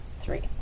three